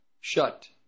shut